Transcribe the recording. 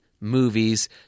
movies